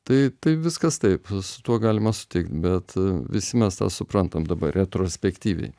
tai tai viskas taip su tuo galima sutikti bet visi mes tą suprantam dabar retrospektyviai